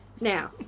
now